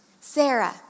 Sarah